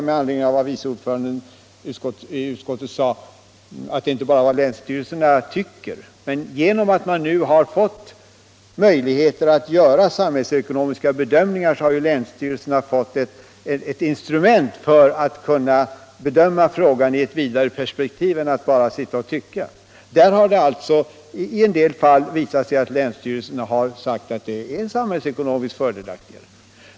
Med anledning av vad vice ordföranden i utskottet sade, att det inte bara gäller vad länsstyrelserna tycker, vill jag framhålla att även länsstyrelserna ju har fått ett instrument för att kunna bedöma frågor i ett vidare perspektiv och inte bara sitta och tycka. I en del fall har alltså länsstyrelserna ansett att det är samhällsekonomiskt fördelaktigare med en nedläggning.